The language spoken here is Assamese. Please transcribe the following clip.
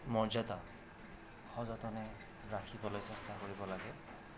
মৰ্যাদা সযতনে ৰাখিবলৈ চেষ্টা কৰিব লাগে